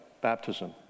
baptism